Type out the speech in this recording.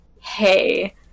hey